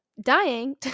dying